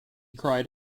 cried